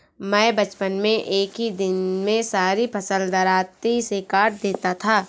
मैं बचपन में एक ही दिन में सारी फसल दरांती से काट देता था